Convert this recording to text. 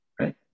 Right